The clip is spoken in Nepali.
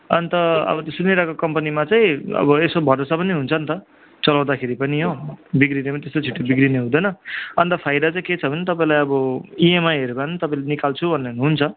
अन्त अब त्यो सुनिरहेको कम्पनीमा चाहिँ अब यसो भरोसा पनि हुन्छ नि त चलाउँदाखेरि पनि हो बिग्रिने पनि त्यस्तो छिटो बिग्रिने हुँदैन अन्त फाइदा चाहिँ के छ भने तपाईँलाई अब इएमआइहरूमा तपाईँले निकाल्छु भन्यो भने हुन्छ